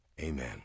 Amen